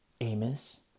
Amos